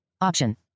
option